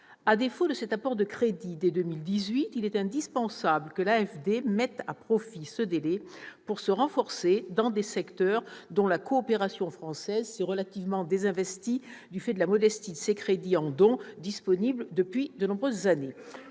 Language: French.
À défaut de cet apport de crédits dès 2018, il est indispensable que l'AFD mette à profit ce délai pour se renforcer dans des secteurs dont la coopération française s'est relativement désinvestie du fait de la modestie des crédits en dons disponibles depuis de nombreuses années.